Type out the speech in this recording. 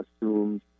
assumed